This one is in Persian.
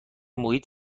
محیط